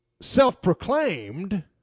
self-proclaimed